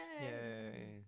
Yay